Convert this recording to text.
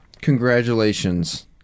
Congratulations